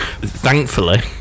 thankfully